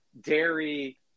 dairy